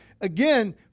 again